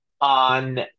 on